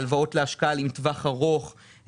הלוואות להשקעה לטווח ארוך.